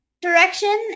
direction